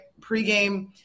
pregame